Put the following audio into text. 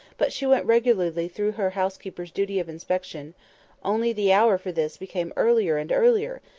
but she went regularly through her housekeeper's duty of inspection only the hour for this became earlier and earlier,